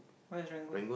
where Serangoon